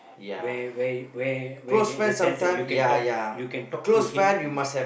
where where you where where there is a sense you can talk you can talk to him